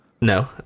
No